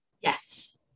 Yes